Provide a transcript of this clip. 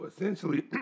essentially